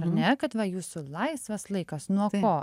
ane kad va jūsų laisvas laikas nuo ko